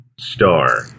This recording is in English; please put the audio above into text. star